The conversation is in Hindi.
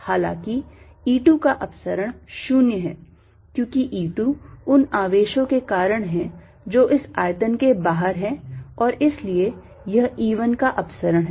हालाँकि E2 का अपसरण शून्य है क्योंकि E2 उन आवेशों के कारण है जो इस आयतन के बाहर हैं और इसलिए यह E1 का अपसरण है